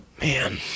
Man